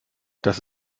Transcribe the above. das